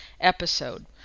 episode